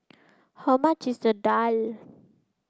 how much is the Daal